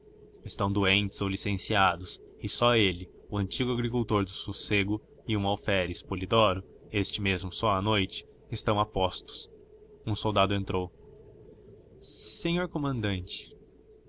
estão doentes ou licenciados e só ele o antigo agricultor do sossego e um alferes polidoro este mesmo só à noite estão a postos um soldado entrou senhor comandante